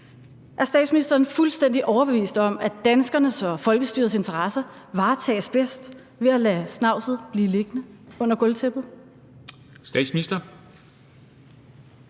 Er statsministeren fuldstændig overbevist om, at danskernes og folkestyrets interesser varetages bedst ved at lade snavset blive liggende under gulvtæppet?